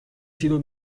sido